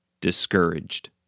discouraged